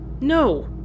No